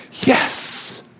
yes